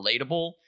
relatable